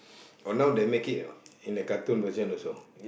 oh now they make it in the cartoon version also